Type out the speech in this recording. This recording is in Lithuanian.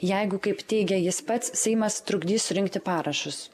jeigu kaip teigia jis pats seimas trukdys surinkti parašus